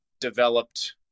developed